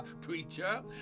preacher